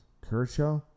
Kershaw